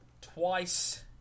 twice